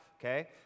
okay